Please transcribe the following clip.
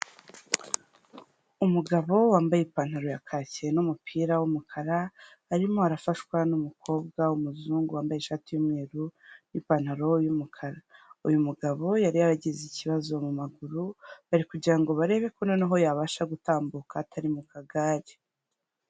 Umugabo wambaye ipantaro ya kaki n'umupira w'umukara, arimo arafashwa n'umukobwa w'umuzungu wambaye ishati y'umweru, n'ipantaro y'umukara. Uyu mugabo yari yaragize ikibazo mu maguru, bari kugira ngo barebe ko noneho yabasha gutambuka atari mu kagare.